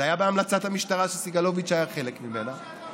זה היה בהמלצת המשטרה שסגלוביץ' היה חלק ממנה.